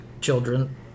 children